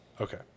Okay